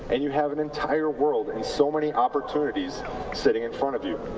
and you have an entire world, and so many opportunities sitting in front of you.